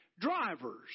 drivers